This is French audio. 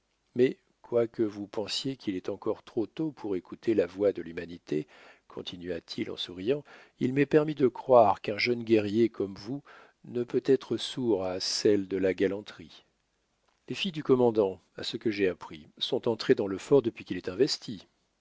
mais quoique vous pensiez qu'il est encore trop tôt pour écouter la voix de l'humanité continua-t-il en souriant il m'est permis de croire qu'un jeune guerrier comme vous ne peut être sourd à celle de la galanterie les filles du commandant à ce que j'ai appris sont entrées dans le fort depuis qu'il est investi